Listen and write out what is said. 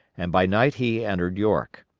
and by night he entered york.